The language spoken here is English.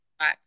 right